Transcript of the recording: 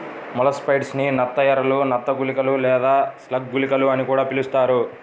molluscicides ని నత్త ఎరలు, నత్త గుళికలు లేదా స్లగ్ గుళికలు అని కూడా పిలుస్తారు